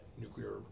nuclear